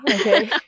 okay